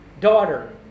daughter